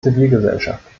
zivilgesellschaft